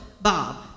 Bob